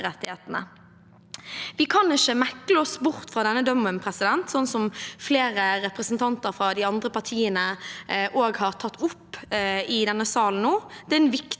Vi kan ikke mekle oss bort fra denne dommen, slik også flere representanter fra de andre partiene nå har tatt opp i denne sal.